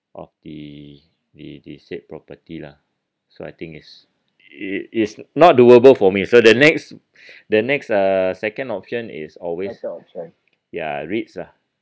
of the the the said property lah so I think is it is not doable for me so the next the next uh second option is always ya REITs ah